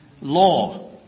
Law